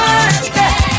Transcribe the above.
birthday